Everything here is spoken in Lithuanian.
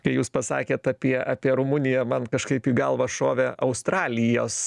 kai jūs pasakėt apie apie rumuniją man kažkaip į galvą šovė australijos